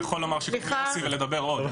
אני יכול לומר --- ולדבר עוד.